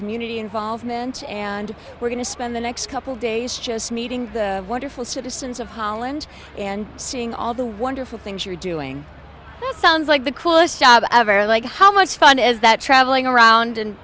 community involvement and we're going to spend the next couple days just meeting the wonderful citizens of holland and seeing all the wonderful things you're doing it sounds like the coolest job ever like how much fun is that traveling around and